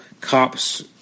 cops